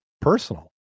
personal